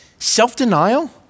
Self-denial